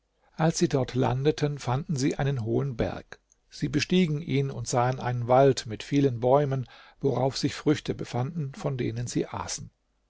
als sie dort landeten fanden sie einen hohen berg sie bestiegen ihn und sahen einen wald mit vielen bäumen worauf sich früchte befanden von denen sie aßen